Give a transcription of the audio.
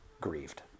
grieved